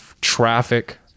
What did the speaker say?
traffic